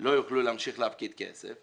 לא יוכלו להמשיך להפקיד כסף